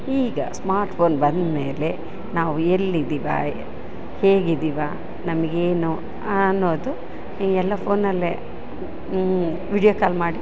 ಈಗ ಸ್ಮಾರ್ಟ್ಫೋನ್ ಬಂದ್ಮೇಲೆ ನಾವು ಎಲ್ಲಿದಿವ ಹೇಗಿದಿವ ನಮಗೇನು ಅನ್ನೋದು ಈಗ ಎಲ್ಲ ಫೋನ್ನಲ್ಲೇ ವೀಡಿಯೋ ಕಾಲ್ ಮಾಡಿ